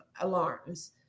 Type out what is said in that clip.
alarms